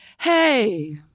hey